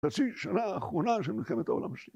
תציג שנה אחרונה של מלחמת העולם השנייה